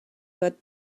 but